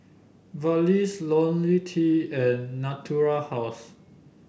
Vagisil LoniL T and Natura House